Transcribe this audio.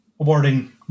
awarding